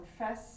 confess